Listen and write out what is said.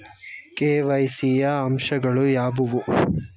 KYC ಯ ಅಂಶಗಳು ಯಾವುವು?